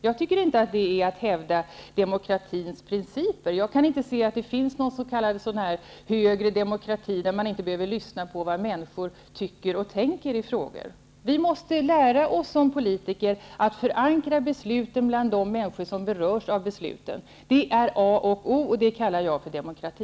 Jag anser inte att det är detsamma som att hävda demokratins principer. Jag anser inte heller att det bör finnas något slags högre demokrati, där man inte behöver lyssna på vad människor tycker och tänker i olika frågor. Vi måste i stället som politiker lära oss att förankra besluten hos de människor som berörs av dem. Det är A och O, och det kallar jag för demokrati.